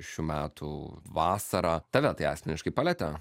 šių metų vasarą tave tai asmeniškai palietė